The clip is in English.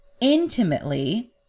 intimately